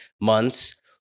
months